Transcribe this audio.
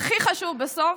הכי חשוב בסוף,